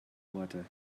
water